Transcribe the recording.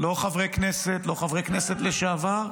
לא לחברי כנסת, לא לחברי כנסת לשעבר,